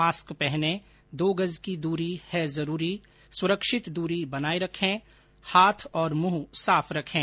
mask पहनें दो गज की दूरी है जरूरी सुरक्षित दूरी बनाए रखे हाथ और मुंह साफ रखें